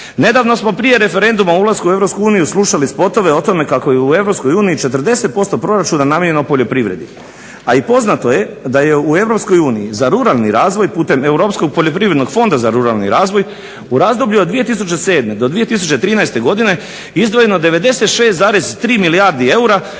nedavno smo prije referenduma o ulasku u Europsku uniju slušali spotove o tome kako je u Europskoj uniji 40% proračuna namijenjeno poljoprivredi, a i poznato je da je u EU za ruralni razvoj putem Europskog poljoprivrednog fonda za ruralni razvoj u razdoblju od 2007. do 2013. godine izdvojeno 96,3 milijardi eura